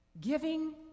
giving